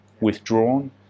withdrawn